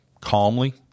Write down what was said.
calmly